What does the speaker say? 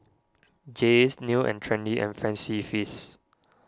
Jays New and Trendy and Fancy Feast